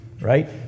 right